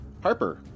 Harper